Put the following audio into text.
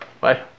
Bye